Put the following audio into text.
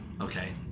okay